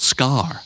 Scar